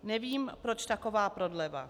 Nevím, proč taková prodleva.